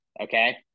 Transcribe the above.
Okay